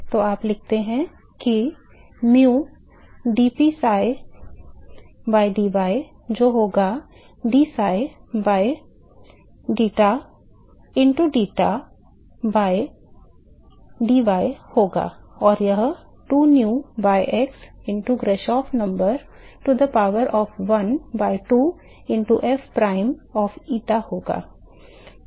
तो आप लिखते हैं कि mu dpsi by dy होगा जो dpsi by deta into deta by dy होगा और वह 2 nu by x into Grashof number to the power of one by 2 into fprime of eta होगा